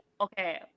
okay